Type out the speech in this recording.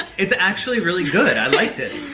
it's actually really good. i liked it.